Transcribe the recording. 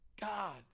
God